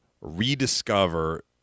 rediscover